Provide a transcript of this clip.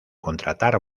contratar